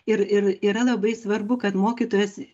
ir ir yra labai svarbu kad mokytojas